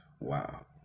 wow